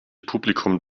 publikum